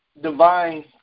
Divine